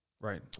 Right